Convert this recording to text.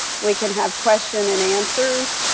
we can have question and answers.